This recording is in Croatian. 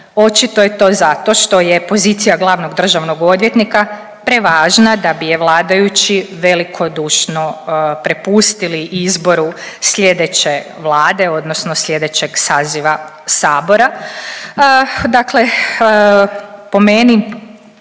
Očito je to zato što je pozicija glavnog državnog odvjetnika prevažna da bi je vladajući velikodušno prepustili izboru slijedeće vlade odnosno slijedećeg saziva sabora. Dakle, po meni